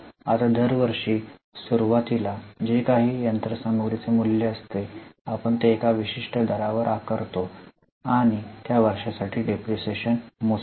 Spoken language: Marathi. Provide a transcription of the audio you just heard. आता दरवर्षी सुरूवातीला जे काही यंत्रसामग्रीचे मूल्य असते आपण ते एका विशिष्ट दरावर आकारतो आणि त्या वर्षासाठी डिप्रीशीएशन मोजतो